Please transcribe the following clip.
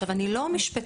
עכשיו אני לא משפטנית,